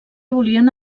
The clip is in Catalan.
volien